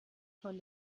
von